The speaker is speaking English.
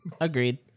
agreed